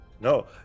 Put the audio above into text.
no